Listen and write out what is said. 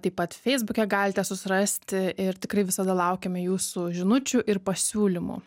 taip pat feisbuke galite susirasti ir tikrai visada laukiame jūsų žinučių ir pasiūlymų